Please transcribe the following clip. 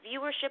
viewership